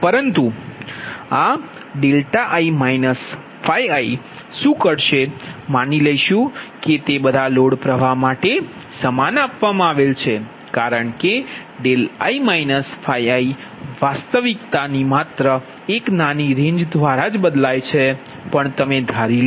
પરંતુ આ i i શું કરશે માની લઈશું કે તે બધા લોડ પ્ર્વાહ માટે સમાન છે કારણ કે i i વાસ્તવિકતા ની માત્ર એક નાની રેન્જ દ્વારા બદલાય છે પણ તમે ધારી લો